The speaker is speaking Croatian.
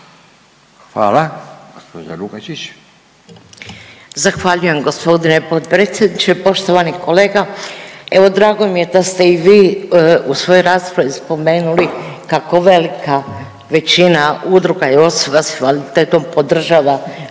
Hvala. Gospodin Lerotić.